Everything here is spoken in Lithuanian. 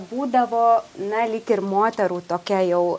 būdavo na lyg ir moterų tokia jau